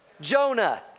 Jonah